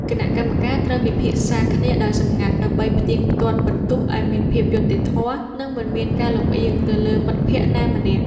គណៈកម្មការត្រូវពិភាក្សាគ្នាដោយសម្ងាត់ ដើម្បីផ្ទៀងផ្ទាត់ពិន្ទុឱ្យមានភាពយុត្តិធម៌ និងមិនមានការលម្អៀងទៅលើមិត្តភក្តិណាម្នាក់។